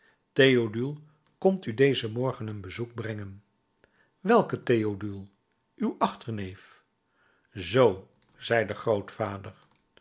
theodule komt u dezen morgen een bezoek brengen welke theodule uw achterneef zoo zei de grootvader